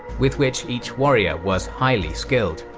with which each warrior was highly skilled.